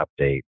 update